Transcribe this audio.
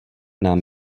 nám